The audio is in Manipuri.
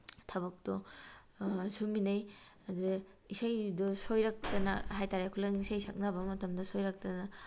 ꯊꯕꯛꯇꯣ ꯁꯨꯃꯤꯟꯅꯩ ꯑꯗꯨꯗ ꯏꯁꯩꯗꯣ ꯁꯣꯏꯔꯛꯇꯅ ꯍꯥꯏꯇꯥꯔꯦ ꯈꯨꯂꯪ ꯏꯁꯩ ꯁꯛꯅꯕ ꯃꯇꯝꯗ ꯁꯣꯏꯔꯛꯇꯅ